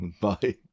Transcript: bye